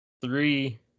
three